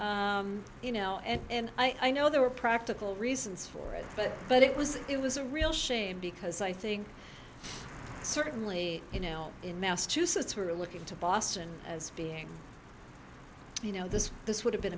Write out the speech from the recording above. what you know and i know there were practical reasons for it but but it was it was a real shame because i think certainly you know in massachusetts were looking to boston as being you know this this would have been